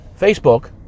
Facebook